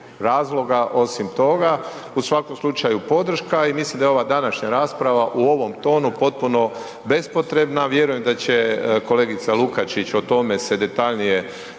razloga osim toga. U svakom slučaju podrška i mislim da je ova današnja rasprava u ovom tonu potpuno bespotrebna. Vjerujem da će kolegica Lukačić o tome se detaljnije